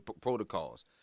protocols